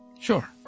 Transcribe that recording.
Sure